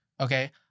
okay